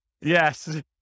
yes